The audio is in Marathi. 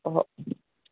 हा